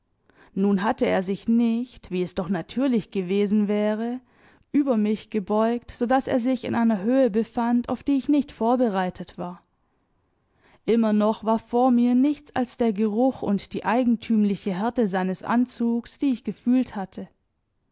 nun hatte er sich nicht wie es doch natürlich gewesen wäre über mich gebeugt so daß er sich in einer höhe befand auf die ich nicht vorbereitet war immer noch war vor mir nichts als der geruch und die eigentümliche härte seines anzugs die ich gefühlt hatte